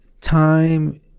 time